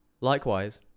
Likewise